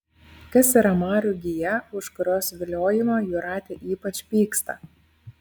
kas yra marių gija už kurios viliojimą jūratė ypač pyksta